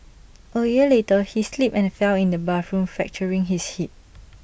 A year later he slipped and fell in the bathroom fracturing his hip